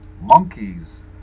Monkeys